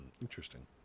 interesting